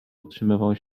utrzymywał